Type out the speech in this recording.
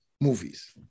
movies